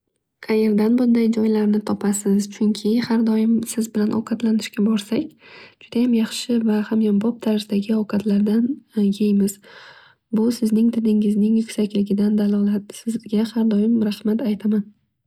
Qayerdan bunday joylarni topasiz. Chunki har doim siz bilan ovqatlanishga borsak judayam yaxshi va hamyonbop tarzdagi ovqatlardan yeymiz. Bu sizning didingiz yuksakligidan dalolatdir. Sizga har doim rahmat aytaman.